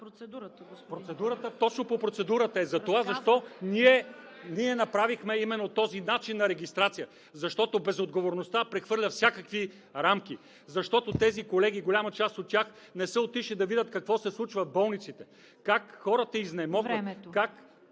ЛЪЧЕЗАР ИВАНОВ: Точно по процедурата е. Защо направихме именно този начин на регистрация? Защото безотговорността прехвърля всякакви рамки, защото тези колеги – голяма част от тях, не са отишли да видят какво се случва в болниците, как хората изнемогват, как